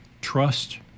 Trust